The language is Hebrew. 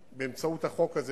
ובאמצעות החוק הזה,